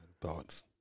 thoughts